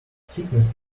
sickness